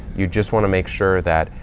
you just want to make sure that,